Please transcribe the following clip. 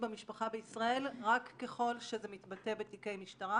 במשפחה בישראל רק ככל שזה מתבטא בתיקי משטרה.